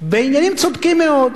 בעניינים צודקים מאוד.